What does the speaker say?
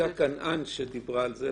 הייתה כאן אן שדיברה על זה.